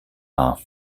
haar